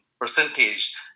percentage